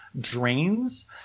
drains